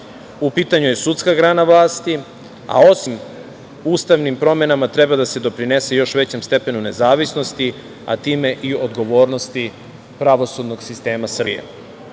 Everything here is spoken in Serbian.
U pitanju je sudska grana vlasti, a osim ustavnim promenama treba da se doprinese još većem stepenu nezavisnosti, a time i odgovornosti pravosudnog sistema